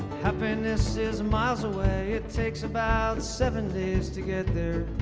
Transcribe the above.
happiness is miles away it takes about seven days to get there